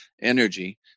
energy